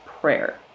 prayer